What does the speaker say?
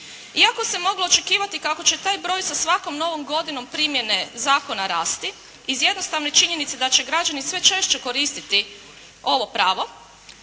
Iako se moglo očekivati kako će taj broj sa svakom novom godinom primjene zakona rasti iz jednostavne činjenice da će građani sve češće koristiti ovo pravo,